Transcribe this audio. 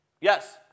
Yes